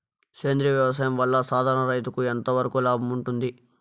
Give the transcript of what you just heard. సేంద్రియ వ్యవసాయం వల్ల, సాధారణ రైతుకు ఎంతవరకు లాభంగా ఉంటుంది?